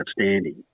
outstanding